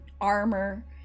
armor